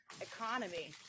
economy